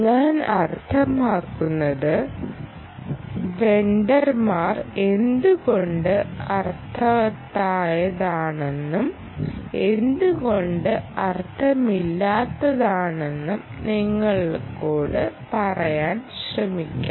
ഞാൻ അർത്ഥമാക്കുന്നത് വെണ്ടർമാർ എന്തുകൊണ്ട് അർത്ഥവത്തായതാണെന്നും എന്തുകൊണ്ട് അർത്ഥമില്ലാത്തതാണെന്നും നിങ്ങളോട് പറയാൻ ശ്രമിക്കും